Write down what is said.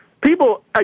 people